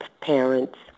parents